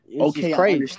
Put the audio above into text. okay